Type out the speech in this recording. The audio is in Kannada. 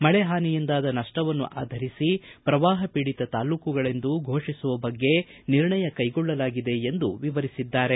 ಮಳೆ ಹಾನಿಯಿಂದಾದ ನಷ್ಟವನ್ನು ಆಧರಿಸಿ ಪ್ರವಾಹಪೀಡಿತ ತಾಲ್ಲೂಕುಗಳೆಂದು ಘೋಷಿಸುವ ಬಗ್ಗೆ ನಿರ್ಣಯ ಕೈಗೊಳ್ಳಲಾಗಿದೆ ಎಂದು ವಿವರಿಸಿದ್ದಾರೆ